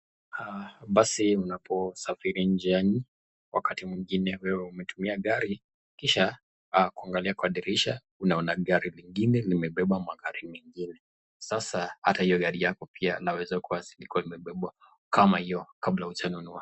Ahh basi unapo safiri njiani wakati mwingine wewe umetumia gari kisha kuangalia kwa dirisha unaona gari lingine imebeba magari mengine, sasa hata hio gari yako inaweza kua zilikua imebebwa kama hiyo kabla huja nunua.